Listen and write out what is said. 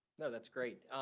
no, that's great.